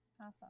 Awesome